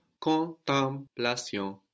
Contemplation